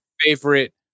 favorite